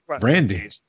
Brandy